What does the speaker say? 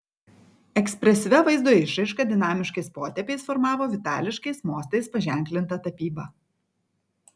ekspresyvia vaizdo išraiška dinamiškais potėpiais formavo vitališkais mostais paženklintą tapybą